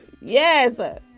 Yes